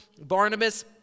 Barnabas